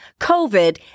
COVID